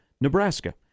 Nebraska